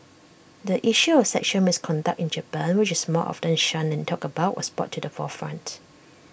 the issue of sexual misconduct in Japan which is more often shunned than talked about was brought to the forefront